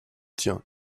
tien